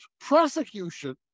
prosecution